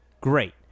Great